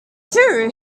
too